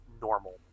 normal